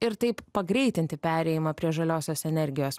ir taip pagreitinti perėjimą prie žaliosios energijos